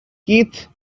keith